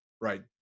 right